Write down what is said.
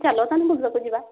ଚାଲ ଆମେ ବୁଲିବାକୁ ଯିବା